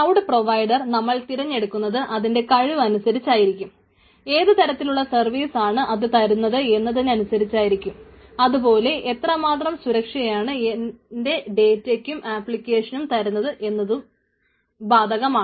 cloud provider നമ്മൾ തിരഞ്ഞെടുക്കുന്നത് അതിന്റെ കഴിവ് അനുസരിച്ചും ഏതുതരത്തിലുള്ള സർവീസാണ് അത് തരുന്നത് എന്നതനുസരിച്ചും അതുപോലെ എത്രമാത്രം സുരക്ഷയാണ് എന്റെ ഡേറ്റക്കും ആപ്ലിക്കേഷനും തരുന്നത് എന്നതനുസരിച്ചുമാകും